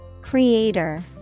Creator